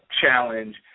challenge